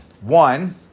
One